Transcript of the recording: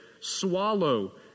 swallow